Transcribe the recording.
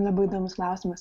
labai įdomus klausimas